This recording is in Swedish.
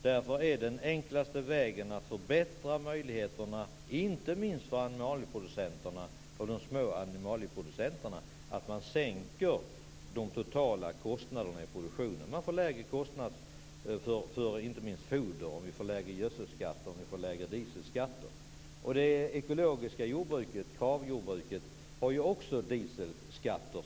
Därför är den enklaste vägen att förbättra möjligheterna, inte minst för de små animalieproducenterna, att sänka de totala kostnaderna i produktionen. Man får lägre kostnader inte minst för foder om det blir lägre gödsel och dieselskatter. Det ekologiska jordbruket, Kravjordbruket, belastas svårt av dieselskatten.